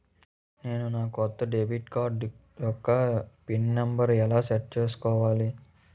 నేను నా కొత్త డెబిట్ కార్డ్ యెక్క పిన్ నెంబర్ని ఎలా సెట్ చేసుకోవాలి?